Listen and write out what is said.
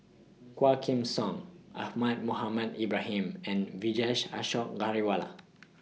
Quah Kim Song Ahmad Mohamed Ibrahim and Vijesh Ashok Ghariwala